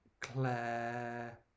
Claire